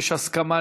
יש הסכמה,